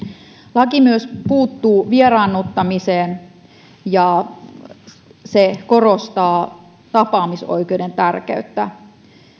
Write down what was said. laki myös puuttuu vieraannuttamiseen ja se korostaa tapaamisoikeuden tärkeyttä